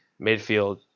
midfield